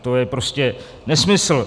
To je prostě nesmysl.